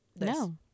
No